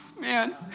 Man